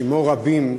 כמו רבים,